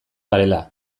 garela